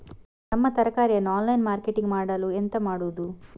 ನಮ್ಮ ತರಕಾರಿಯನ್ನು online marketing ಮಾಡಲು ಎಂತ ಮಾಡುದು?